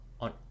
on